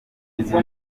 ibyo